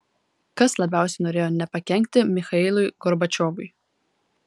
kas labiausiai norėjo nepakenkti michailui gorbačiovui